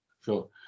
Sure